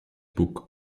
boek